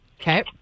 Okay